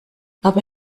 aber